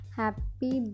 happy